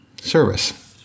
service